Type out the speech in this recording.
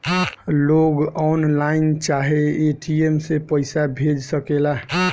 लोग ऑनलाइन चाहे ए.टी.एम से पईसा भेज सकेला